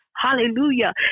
Hallelujah